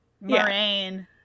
Moraine